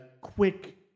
quick